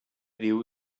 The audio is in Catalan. diu